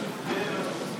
מתחייב אני